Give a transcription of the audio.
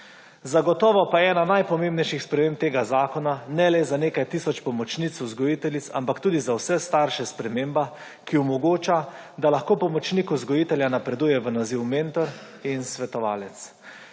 Zagotovo pa ena najpomembnejših sprememb tega zakona ne le za nekaj tisoč pomočnic, vzgojiteljic, ampak tudi za vse starše spremembe, ki omogoča, da lahko pomočnik vzgojitelja napreduje v naziv mentor in svetovalec.